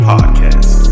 Podcast